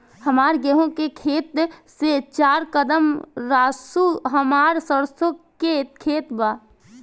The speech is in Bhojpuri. हमार गेहू के खेत से चार कदम रासु हमार सरसों के खेत बा